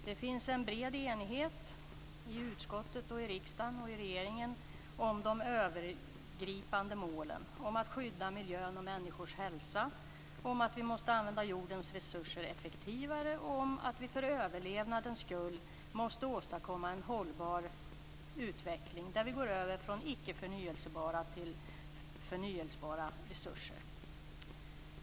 Det finns en bred enighet i utskottet, i riksdagen och i regeringen om de övergripande målen att skydda miljön och människors hälsa, att vi måste använda jordens resurser effektivare och att vi för överlevnadens skull måste åstadkomma en hållbar utveckling där vi går över från ickeförnyelsebara till förnyelsebara resurser.